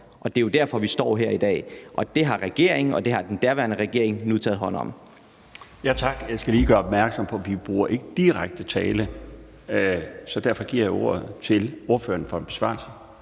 og det er derfor, vi står her i dag. Det har regeringen og det har den daværende regering nu taget hånd om. Kl. 17:40 Den fg. formand (Bjarne Laustsen): Tak. Jeg skal lige gøre opmærksom på, at vi ikke bruger direkte tiltale, så derfor giver jeg ordet til ordføreren for en besvarelse.